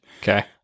Okay